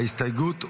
ההסתייגות הוסרה.